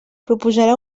proposarà